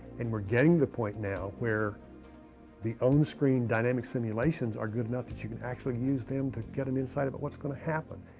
and we're getting to the point now where the onscreen dynamic simulations are good enough that you can actually use them to get an insight about what's going to happen.